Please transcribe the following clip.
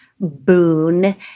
boon